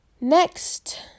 Next